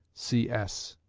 c s.